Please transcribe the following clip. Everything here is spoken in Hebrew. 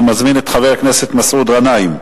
אני מזמין את חבר הכנסת מסעוד גנאים.